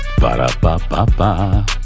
Ba-da-ba-ba-ba